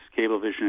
Cablevision